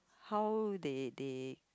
how they they